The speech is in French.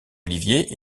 olivier